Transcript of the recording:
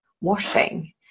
washing